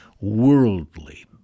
worldly